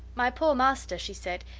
my poor master, she said,